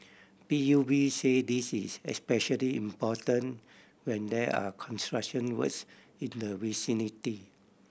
P U B say this is especially important when there are construction works in the vicinity